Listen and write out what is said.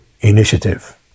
initiative